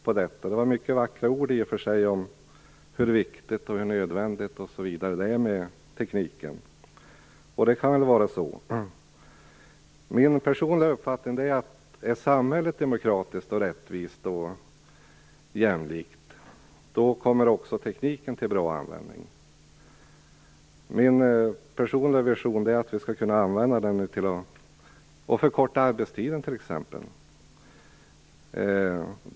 Vi fick i och för sig höra många vackra ord om hur viktigt, nödvändigt osv. det är med den tekniken, och det kan väl vara så. Min personliga uppfattning är den att om samhället är demokratiskt, rättvist och jämlikt, kommer också tekniken till bra användning. Min personliga vision är den att vi skall kunna använda tekniken exempelvis till att förkorta arbetstiden.